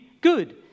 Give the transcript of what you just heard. good